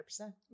100%